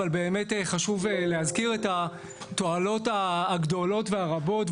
אבל באמת חשוב להזכיר את התועלות הגדולות והרבות,